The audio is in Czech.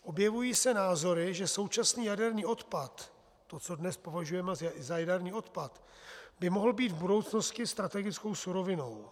Objevují se názory, že současný jaderný odpad, to, co dnes považujeme za jaderný odpad, by mohl být v budoucnosti strategickou surovinou.